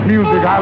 Music